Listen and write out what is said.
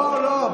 לא, לא.